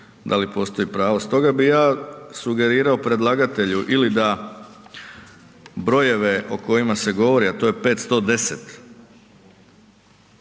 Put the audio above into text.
da li postoji pravo. Stoga bi ja sugerirao predlagatelju ili da brojeve o kojima se govori, a to je 510